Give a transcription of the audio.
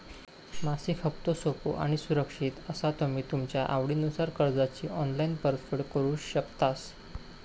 मासिक हप्तो सोपो आणि सुरक्षित असा तुम्ही तुमच्या आवडीनुसार कर्जाची ऑनलाईन परतफेड करु शकतास